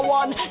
one